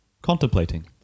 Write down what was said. Contemplating